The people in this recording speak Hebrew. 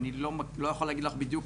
אני לא יכול להגיד לך בדיוק,